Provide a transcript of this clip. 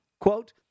quote